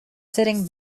sitting